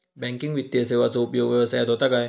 Banking वित्तीय सेवाचो उपयोग व्यवसायात होता काय?